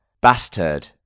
Bastard